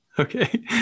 okay